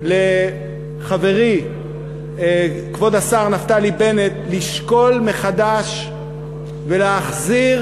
לחברי כבוד השר נפתלי בנט לשקול מחדש ולהחזיר